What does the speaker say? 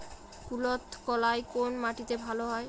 কুলত্থ কলাই কোন মাটিতে ভালো হয়?